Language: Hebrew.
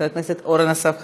חבר הכנסת אורן אסף חזן,